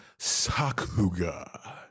Sakuga